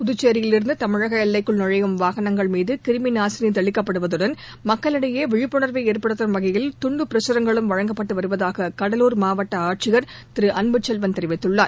புதுச்சேியிலிருந்து தமிழக எல்லைக்குள் நுழையும் வாகனங்கள் மீது கிருமி நாசினி தெளிக்கப்படுவதுடன் மக்களிடையே விழிப்புணா்வை ஏற்படுத்தும் வகையில் துண்டு பிரசுரங்களும் வழங்கப்பட்டு வருவதாக கடலூர் மாவட்ட ஆட்சியர் திரு அன்புசெல்வன் தெரிவித்துள்ளார்